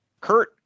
Kurt